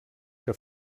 que